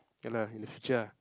ya lah in the future ah